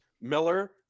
miller